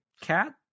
cat